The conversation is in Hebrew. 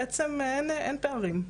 בעצם אין פערים.